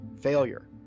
failure